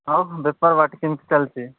ଆଉ ବେପାର ହାଟ କେମିତି ଚାଲିଛି